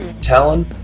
Talon